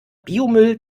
biomüll